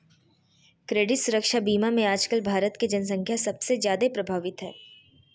credit सुरक्षा बीमा मे आजकल भारत के जन्संख्या सबसे जादे प्रभावित हय